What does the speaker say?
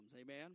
Amen